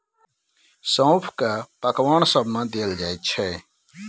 सौंफ केँ पकबान सब मे देल जाइ छै